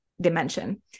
dimension